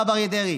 הרב אריה דרעי.